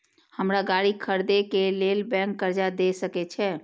हमरा गाड़ी खरदे के लेल बैंक कर्जा देय सके छे?